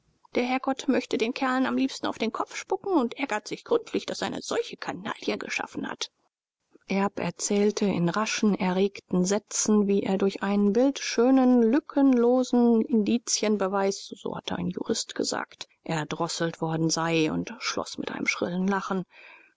der herrgott möchte den kerlen am liebsten auf den kopf spucken und ärgert sich gründlich daß er eine solche kanaille geschaffen hat erb erzählte in raschen erregten sätzen wie er durch einen bildschönen lückenlosen indizienbeweis so hatte ein jurist gesagt erdrosselt worden sei und schloß mit einem schrillen lachen